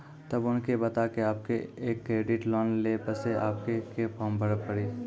तब उनके बता के आपके के एक क्रेडिट लोन ले बसे आपके के फॉर्म भरी पड़ी?